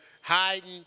hiding